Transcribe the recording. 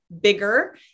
bigger